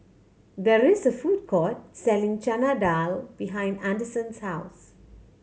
there is a food court selling Chana Dal behind Anderson's house